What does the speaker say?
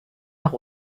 noch